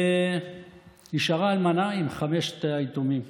ונשארה אלמנה עם חמשת היתומים.